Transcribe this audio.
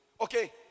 Okay